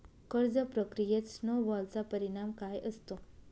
कर्ज प्रक्रियेत स्नो बॉलचा परिणाम काय असतो?